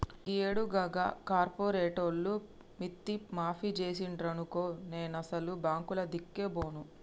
గీయేడు గా కార్పోరేటోళ్లు మిత్తి మాఫి జేసిండ్రనుకో నేనసలు బాంకులదిక్కే బోను